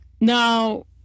now